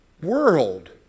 world